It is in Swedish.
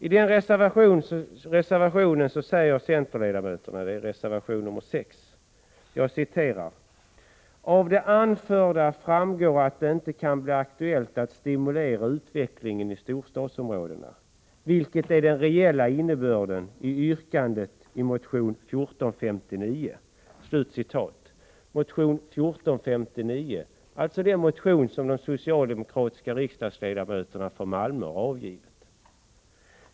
I den reservationen — nr 6 — säger centerledamöterna: ”Av det anförda framgår att det inte kan bli aktuellt att stimulera utvecklingen i storstadsområdena, vilket är den reella innebörden av yrkandet i motion 1459.” Det är den motion som de socialdemokratiska riksdagsledamöterna i Malmö övervägt.